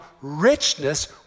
richness